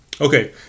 Okay